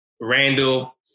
Randall